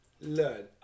Learn